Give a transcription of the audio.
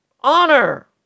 honor